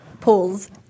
polls